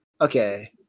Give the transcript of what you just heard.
okay